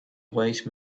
wise